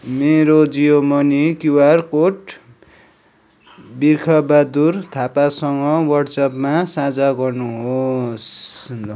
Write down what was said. मेरो Jio money QR code Birkh Bahadur थापासँग WhatsApp साझा गर्नुहोस्